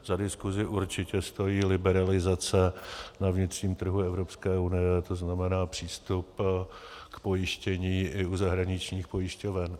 Za diskusi určitě stojí liberalizace na vnitřním trhu Evropské unie, to znamená přístup k pojištění i u zahraničních pojišťoven.